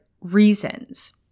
reasons